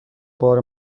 بار